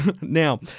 Now